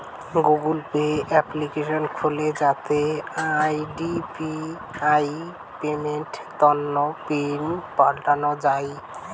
Google Pay application খুলে যাতে UPI পেমেন্টের তন্ন পিন পাল্টানো যাই